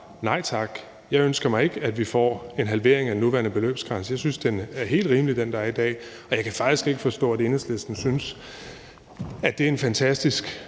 nej tak. Jeg ønsker mig ikke, at vi får en halvering af den nuværende beløbsgrænse. Jeg synes, den, der er der i dag, er helt rimelig, og jeg kan faktisk ikke forstå, at Enhedslisten synes, at det er en fantastisk